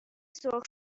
سرخ